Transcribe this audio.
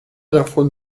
davon